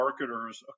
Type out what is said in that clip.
marketers